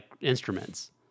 instruments